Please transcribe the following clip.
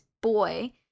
boy